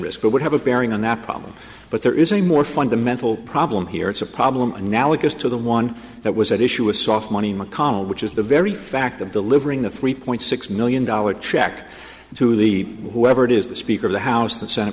risk it would have a bearing on the problem but there is a more fundamental problem here it's a problem analogous to the one that was at issue a soft money mcconnell which is the very fact of delivering a three point six million dollars check to the whoever it is the speaker of the house the senate